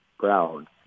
brown